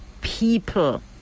people